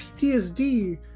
PTSD